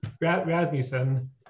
Rasmussen